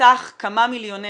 בסך כמה מיליוני